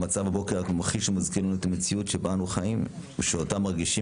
המצב הבוקר רק ממחיש ומזכיר לנו את המציאות בה אנו חיים ושאותה מרגישים